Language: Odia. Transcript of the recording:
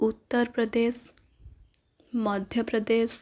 ଉତ୍ତରପ୍ରଦେଶ ମଧ୍ୟପ୍ରଦେଶ